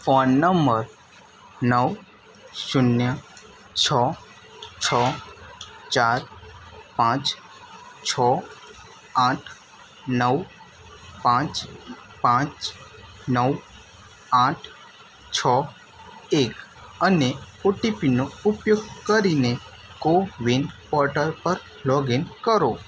phone number નવ શૂન્ય છો છો ચાર પાંચ છો આઠ નવ પાંચ પાંચ નવ આઠ છો એક અને ઓટીપીનો ઉપયોગ કરીને કોવિન પોર્ટલ પર લોગિન કરો